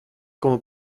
como